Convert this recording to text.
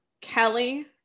Kelly